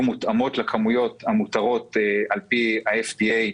מותאמות לכמויות המותרות על פי ה-FDA,